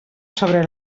sobre